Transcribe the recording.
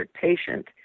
Patient